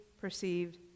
perceived